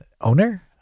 owner